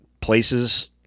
places